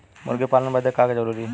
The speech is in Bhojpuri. मुर्गी पालन बदे का का जरूरी ह?